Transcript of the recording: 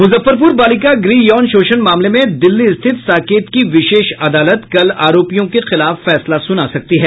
मुजफ्फरपुर बालिका गृह यौन शोषण मामले में दिल्ली स्थित साकेत की विशेष अदालत कल आरोपियों के खिलाफ फैसला सुना सकती है